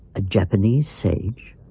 a japanese sage?